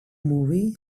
movie